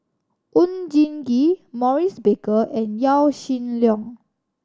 Oon Jin Gee Maurice Baker and Yaw Shin Leong